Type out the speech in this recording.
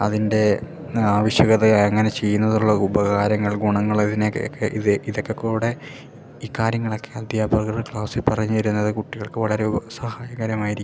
അതിൻ്റെ ആവശ്യകത അങ്ങനെ ചെയ്യുന്നതിലുള്ള ഉപകാരങ്ങൾ ഗുണങ്ങൾ ഇതിനെയൊക്കെ ഇത് ഇതൊക്കെ കൂടി ഈ കാര്യങ്ങളൊക്കെ അദ്ധ്യാപകർ ക്ലാസ്സിൽ പറഞ്ഞിരുന്നത് കുട്ടികൾക്ക് വളരെ സഹായകരമായിരിക്കും